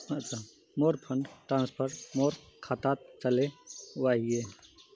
मोर fund transfer मोर खातात चले वहिये